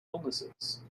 illnesses